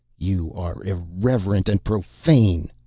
you are irreverent and profane,